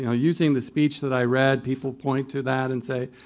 you know using the speech that i read, people point to that and say,